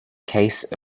case